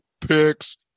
picks